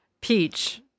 Peach